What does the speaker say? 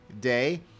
day